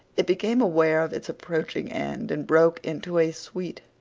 it became aware of its approaching end and broke into a sweet,